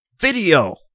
video